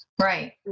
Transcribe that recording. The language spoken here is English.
Right